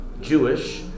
Jewish